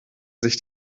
sich